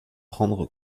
prendre